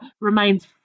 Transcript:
remains